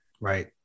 Right